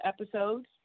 episodes